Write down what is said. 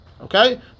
Okay